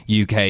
UK